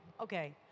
Okay